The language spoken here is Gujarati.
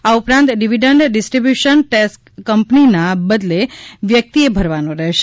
આ ઉપરાંત ડિવિડન્ડ ડીસ્ટ્રીબ્યુશન ટેસ્ક કંપનીના બદલે વ્યક્તિએ ભરવાનો રહેશે